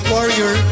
Warrior